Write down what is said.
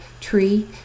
tree